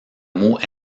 mot